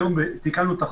היום תיקנו את החוק,